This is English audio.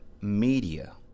media